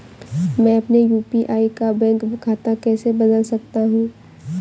मैं अपने यू.पी.आई का बैंक खाता कैसे बदल सकता हूँ?